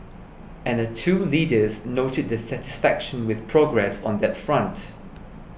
and the two leaders noted their satisfaction with progress on that front